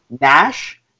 Nash